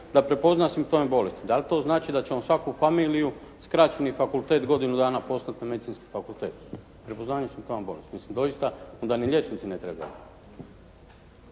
da prepozna simptome bolesti. Da li to znači da ćemo svaku familiju skraćeni fakultet godinu danas poslati na medicinski fakulteta. Prepoznavanje simptoma bolesti, mislim onda doista ni liječnici ne trebaju.